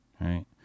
Right